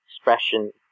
expression